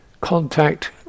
contact